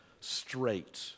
straight